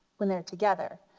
when they're together.